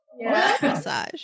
massage